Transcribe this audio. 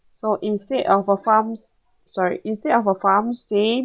so instead of a farms sorry instead of a farm stay